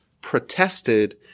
protested